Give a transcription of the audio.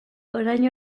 orain